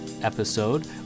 episode